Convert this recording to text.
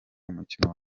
umukino